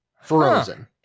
Frozen